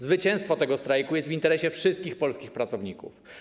Zwycięstwo tego strajku jest w interesie wszystkich polskich pracowników.